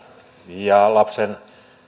ja lapsen